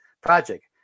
project